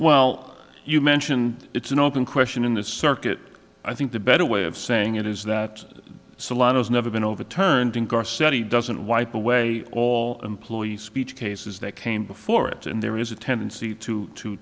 well you mentioned it's an open question in the circuit i think the better way of saying it is that salon has never been overturned in car said he doesn't wipe away all employees speech cases that came before it and there is a tendency to t